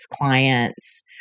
clients